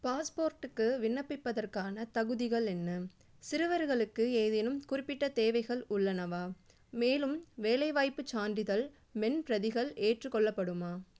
பாஸ்போர்ட்டுக்கு விண்ணப்பிப்பதற்கான தகுதிகள் என்ன சிறுவர்களுக்கு ஏதேனும் குறிப்பிட்ட தேவைகள் உள்ளனவா மேலும் வேலைவாய்ப்புச் சான்றிதழ் மென் பிரதிகள் ஏற்றுக்கொள்ளப்படுமா